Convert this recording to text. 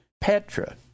Petra